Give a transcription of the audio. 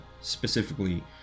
specifically